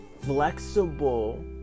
flexible